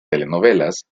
telenovelas